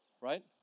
right